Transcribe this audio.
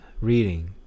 reading